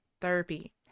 Therapy